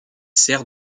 sert